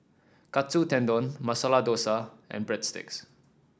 Katsu Tendon Masala Dosa and Breadsticks